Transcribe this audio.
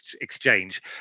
exchange